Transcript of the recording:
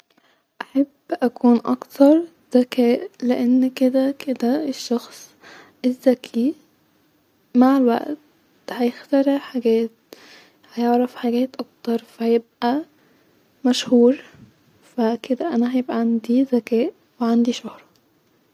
احب اكون اكثر ذكاء لان كدا كدا-الشخص الذكي مع الوقت هيخترع حاجات هيعرف حاجات اكتر فا هيبقي عندي ذكاء وعندي شهره